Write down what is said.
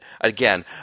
again